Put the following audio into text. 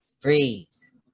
Freeze